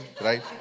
right